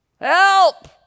help